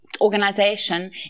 organization